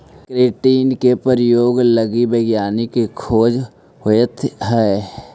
chitin के प्रयोग लगी वैज्ञानिक खोज होइत हई